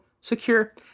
secure